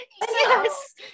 yes